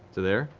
to there?